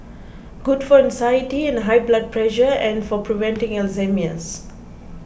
good for anxiety and high blood pressure and for preventing Alzheimer's